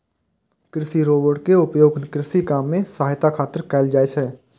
कृषि रोबोट के उपयोग कृषि काम मे सहायता खातिर कैल जाइ छै